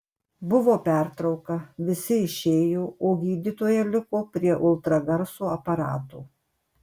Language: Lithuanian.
buvo pertrauka visi išėjo o gydytoja liko prie ultragarso aparato